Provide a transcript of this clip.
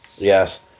Yes